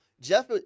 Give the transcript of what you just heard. Jeff